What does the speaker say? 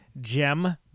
gem